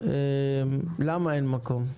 למה אין מקום?